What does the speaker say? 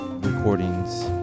recordings